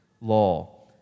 law